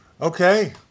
Okay